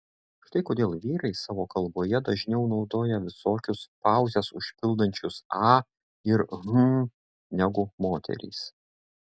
štai kodėl vyrai savo kalboje dažniau naudoja visokius pauzes užpildančius a ir hm negu moterys